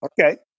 okay